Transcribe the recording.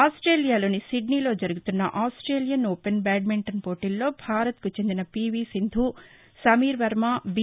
ఆస్టేలియాలోని సిడ్నీలో జరుగుతున్న Australian open badminton పోటీల్లో భారత్కు చెందిన పీవీ సింధు సమీర్ వర్మ బి